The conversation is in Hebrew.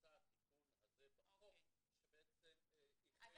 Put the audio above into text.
שנעשה התיקון הזה בחוק שבעצם איחד -- אז